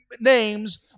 names